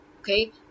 Okay